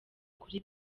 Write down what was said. kuri